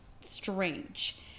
strange